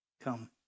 come